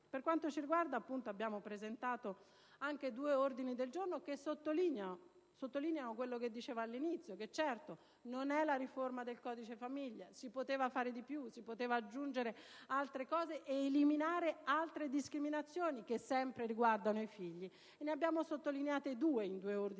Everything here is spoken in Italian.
vada avanti. Abbiamo presentato anche due ordini del giorno che sottolineano quello che dicevo all'inizio: certo, non è la riforma del codice della famiglia, si poteva fare di più, si potevano aggiungere altre cose ed eliminare altre discriminazioni che sempre riguardano i figli. Ne abbiamo sottolineate due negli ordini